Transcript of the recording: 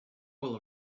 will